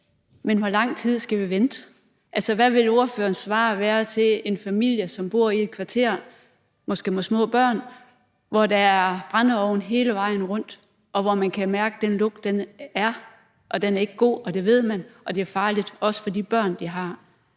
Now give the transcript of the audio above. men hvor lang tid skal vi vente? Altså, hvad vil ordførerens svar være til en familie, som bor i et kvarter, måske med små børn, hvor der er brændeovne hele vejen rundt, og hvor man kan mærke den lugt, og den er ikke god, og det ved man, og det er farligt også for de børn, man har?